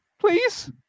Please